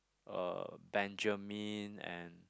uh Benjamin and